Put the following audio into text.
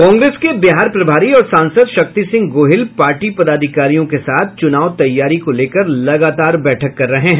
कांग्रेस के बिहार प्रभारी और सांसद शक्ति सिंह गोहिल पार्टी पदाधिकारियों के साथ चुनाव तैयारी को लेकर लगातार बैठक कर रहे हैं